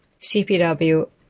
CPW